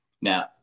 Now